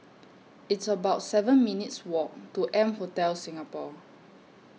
It's about seven minutes' Walk to M Hotel Singapore